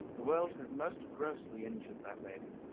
the world has most grossly injured that lady,